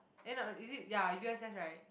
eh not is it ya U_S_S right